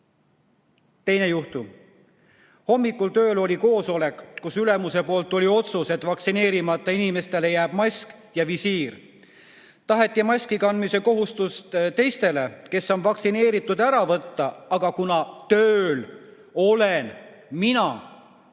Teine juhtum: "Hommikul tööl oli koosolek, kus ülemuselt tuli otsus, et vaktsineerimata inimestele jääb mask ja visiir. Taheti maskikandmise kohustust teistelt, kes on vaktsineeritud, ära võtta, aga kuna tööl olen mina ja